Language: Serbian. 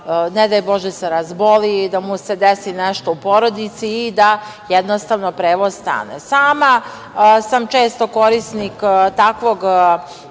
ne daj Bože, razboli, da mu se desi nešto u porodici i da jednostavno, prevoz stane. Sama sam često korisnik takvog